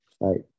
Right